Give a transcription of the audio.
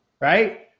right